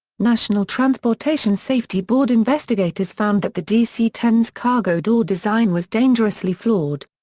national transportation safety board investigators found that the dc ten s cargo door design was dangerously flawed.